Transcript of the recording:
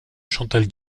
chantal